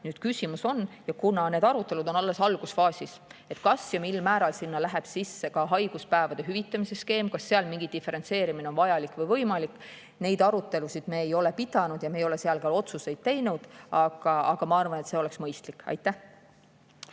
Küsimus on – kuna need arutelud on alles algusfaasis –, kas ja mil määral läheb sinna sisse ka haiguspäevade hüvitamise skeem, kas seal on mingi diferentseerimine vajalik või võimalik. Neid arutelusid me ei ole pidanud ja me ei ole veel otsuseid teinud, aga ma arvan, et see oleks mõistlik. Aitäh